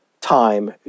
time